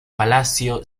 palacio